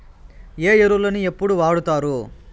ఏ ఎరువులని ఎప్పుడు వాడుతారు?